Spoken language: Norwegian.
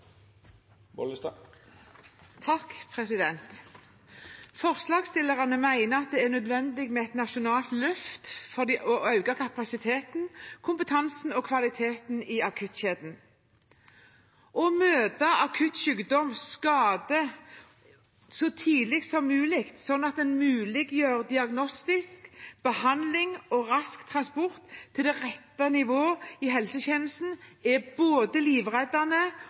at det er nødvendig med et nasjonalt løft for å øke kapasiteten, kompetansen og kvaliteten i akuttkjeden. Å møte akutt sykdom og skade så tidlig som mulig, sånn at en muliggjør diagnostisk behandling og rask transport til det rette nivået i helsetjenesten, er både